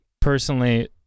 personally